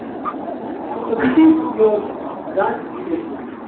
so that is your branch delay slot.